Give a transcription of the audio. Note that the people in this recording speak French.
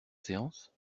séance